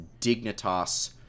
Dignitas